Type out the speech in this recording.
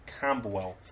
Campbellwell